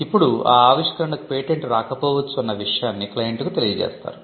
ఇప్పుడు ఆ ఆవిష్కరణకు పేటెంట్ రాకపోవచ్చు అన్న విషయాన్ని క్లయింట్కు తెలియచేస్తారు